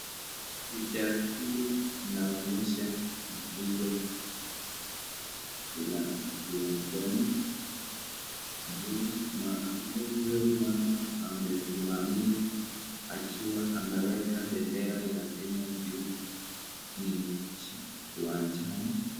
Picha hili linaonyesha ni picha ya uwanjani juu mahali huyo mama amesimamia akiwa ameweka bendera ya Kenya juu ni uwanjani.